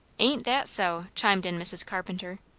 ain't that so? chimed in mrs. carpenter.